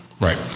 Right